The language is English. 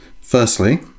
Firstly